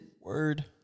word